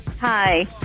Hi